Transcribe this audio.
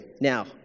Now